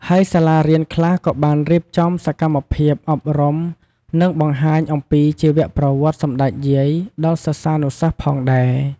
ហើយសាលារៀនខ្លះក៏បានរៀបចំសកម្មភាពអប់រំនិងបង្ហាញអំពីជីវប្រវត្តិសម្តេចយាយដល់សិស្សានុសិស្សផងដែរ។